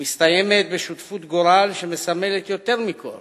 ומסתיימת בשותפות גורל, שמסמלת יותר מכול